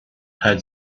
had